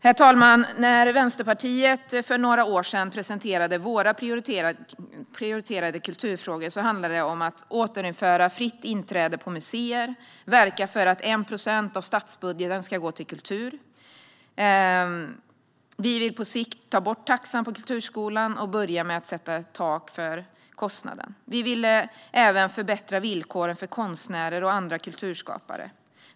Herr talman! När Vänsterpartiet för några år sedan presenterade våra prioriterade kulturfrågor handlade det om att återinföra fritt inträde på museer och verka för att 1 procent av statsbudgeten ska gå till kultur. Vi ville på sikt ta bort taxan på kulturskolan och börja med att sätta ett tak för kostnaden. Vi ville även förbättra villkoren för konstnärer och andra kulturskapare.